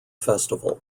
festival